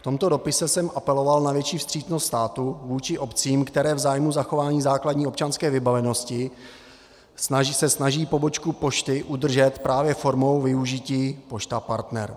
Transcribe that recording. V tomto dopisu jsem apeloval na větší vstřícnost státu vůči obcím, které se v zájmu zachování základní občanské vybavenosti snaží pobočku pošty udržet právě formou využití Pošta Partner.